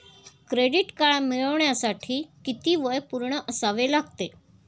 Credit card मिळवण्यासाठी किती वय पूर्ण असावे लागते?